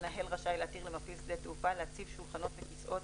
המנהל רשאי להתיר למפעיל שדה תעופה להציב שולחנות וכיסאות